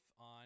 on